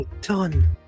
done